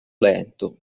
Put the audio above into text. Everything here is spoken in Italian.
lento